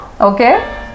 Okay